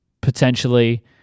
potentially